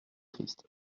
triste